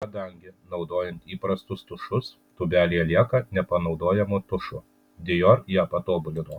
kadangi naudojant įprastus tušus tūbelėje lieka nepanaudojamo tušo dior ją patobulino